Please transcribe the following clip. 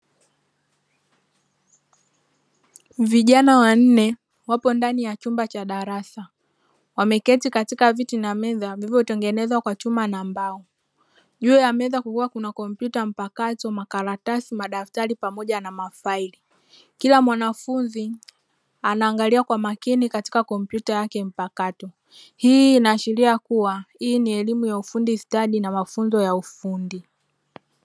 Vijana wanne wapo ndani ya chumba cha darasa, wameketi katika viti na meza vilivyotengenzwa kwa chuma na mbao. Juu ya meza kukiwa na kompyuta mpakato, makaratasi, madaftari pamoja na mafaili. Kila mwanafunzi anaangalia kwa makini katika kompyuta yake mpakato. Hii inaashiria kuwa hii ni elimu ya ufundi stadi na mafunzo ya ufundi.